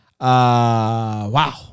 Wow